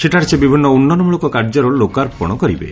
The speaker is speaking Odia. ସେଠାରେ ସେ ବିଭିନ୍ନ ଉନ୍ନୟନମୂଳକ କାର୍ଯ୍ୟର ଲୋକାର୍ପଣ କରିବେ